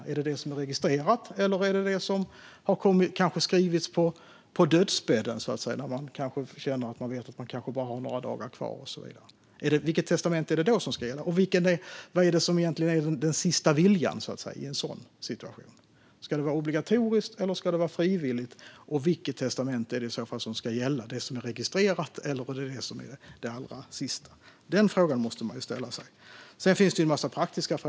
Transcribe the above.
Är det testamentet som är registrerat eller det som kanske har skrivits på dödsbädden när man känner att man bara har några dagar kvar? Vilket testamente är det då som ska gälla? Vad är det som egentligen är den sista viljan i en sådan situation? Ska det vara obligatoriskt, eller ska det vara frivilligt? Vilket testamente är det i så fall som då ska gälla, det som är registrerat eller det som är det allra sista? Den frågan måste man ställa sig. Sedan finns det en massa praktiska frågor.